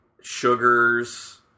Sugars